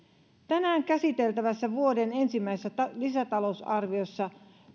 tänään käsiteltävässä vuoden ensimmäisessä lisätalousarviossa